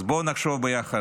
אז בואו נחשוב ביחד,